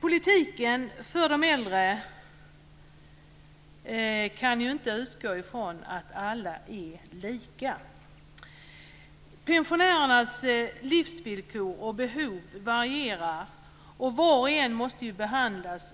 Politiken för de äldre kan inte utgå från att alla är lika. Pensionärernas livsvillkor och behov varierar, och var och en måste behandlas